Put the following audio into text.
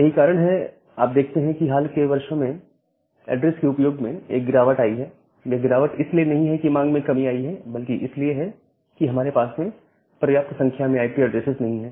यही कारण है आप देखते हैं कि हाल के वर्षों में एड्रेस के उपयोग में एक गिरावट आई है यह गिरावट इसलिए नहीं है कि मांग में कमी आई है बल्कि इसलिए है कि हमारे पास में पर्याप्त संख्या में आईपी ऐड्रेसेस नहीं है